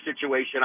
situation